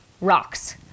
rocks